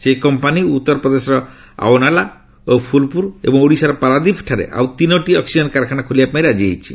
ସେହି କମ୍ପାନୀ ଉତ୍ତରପ୍ରଦେଶର ଆଓନଲା ଓ ଫୁଲପୁର ଏବଂ ଓଡ଼ିଶାର ପାରାଦୀପଠାରେ ଆଉ ତିନୋଟି ଅକ୍କିଜେନ୍ କାରଖାନା ଖୋଲିବା ପାଇଁ ରାଜି ହୋଇଛି